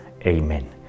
Amen